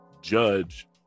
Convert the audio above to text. judge